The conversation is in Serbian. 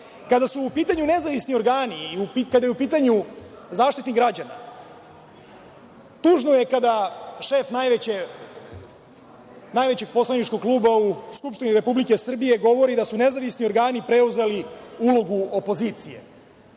su u pitanju nezavisni organi i kada je u pitanju Zaštitnik građana, tužno je kada šef najvećeg poslaničkog kluba u Skupštini Republike Srbije govori da su nezavisni organi preuzeli ulogu opozicije.